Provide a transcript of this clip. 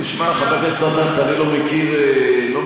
מה אתה מציע, חבר הכנסת גטאס, שנתכחש למציאות?